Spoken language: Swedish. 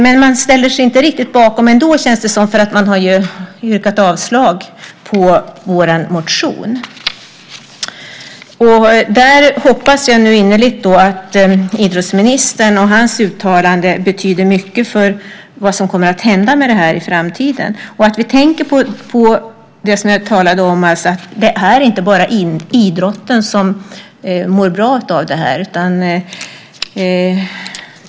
Men ändå känns det inte som om utskottet ställer sig bakom detta eftersom utskottet har yrkat avslag på vår motion. Jag hoppas innerligt att idrottsministerns uttalande kommer att betyda mycket för vad som kommer att hända i framtiden. Vi ska tänka på det som jag talade om, nämligen att det inte bara är idrotten som mår bra av detta.